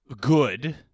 good